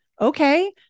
okay